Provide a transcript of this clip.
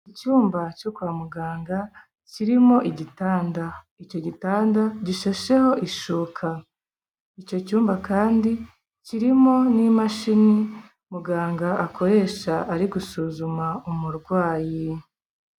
Icyumba cyo kwa muganga kirimo igitanda, icyo gitanda gishasheho ishuka, icyo cyumba kandi kirimo n'imashini muganga akoresha ari gusuzuma umurwayi.